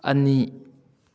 ꯑꯅꯤ